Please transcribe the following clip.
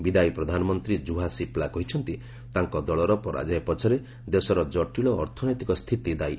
ବିଦାୟୀ ପ୍ରଧାନମନ୍ତ୍ରୀ Juha Sipila କହିଛନ୍ତି ତାଙ୍କ ଦଳର ପରାଜୟ ପଛରେ ଦେଶର ଜଟିଳ ଅର୍ଥନୈତିକ ସ୍ଥିତି ଦାୟି